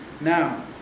now